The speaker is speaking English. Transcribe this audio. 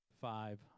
five